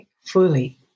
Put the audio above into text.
fully